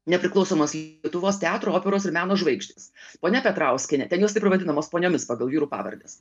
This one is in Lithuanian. nepriklausomos lietuvos teatro operos ir meno žvaigždes ponia petrauskienė ten jos taip ir vadinamos poniomis pagal vyrų pavardes